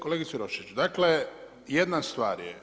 Kolegice Roščić, dakle jedna stvar je.